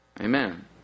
Amen